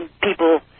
people